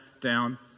down